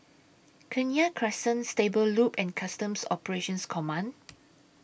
Kenya Crescent Stable Loop and Customs Operations Command